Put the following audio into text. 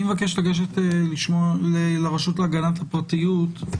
אני מבקש לגשת לרשות להגנת הפרטיות.